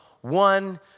one